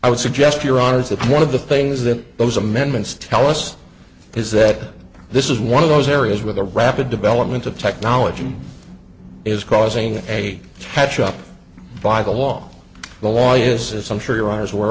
i would suggest your honor is that one of the things that those amendments tell us is that this is one of those areas where the rapid development of technology is causing a catch up by the law the law is as i'm sure your